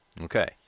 Okay